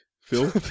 Phil